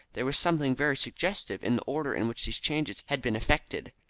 there was something very suggestive in the order in which these changes had been effected.